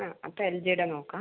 ആ അപ്പം എൽജീടെ നോക്കാം